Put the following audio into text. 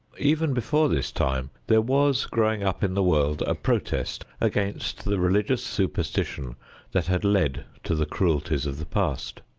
even before this time there was growing up in the world a protest against the religious superstition that had led to the cruelties of the past.